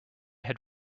had